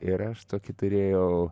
ir aš tokį turėjau